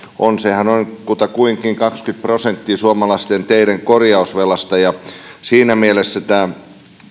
on sehän on kutakuinkin kaksikymmentä prosenttia suomalaisten teiden korjausvelasta siinä mielessä tämä